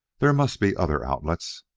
there must be other outlets.